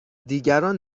دیگران